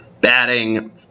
batting